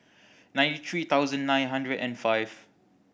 ninety three thousand nine hundred and five